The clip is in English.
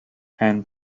and